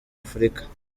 africa